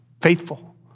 faithful